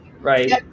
right